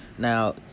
Now